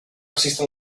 existe